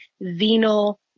venal